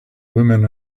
women